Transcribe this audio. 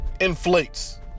inflates